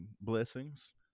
blessings